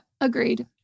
agreed